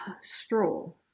stroll